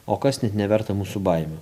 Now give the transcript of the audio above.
o kas net neverta mūsų baimių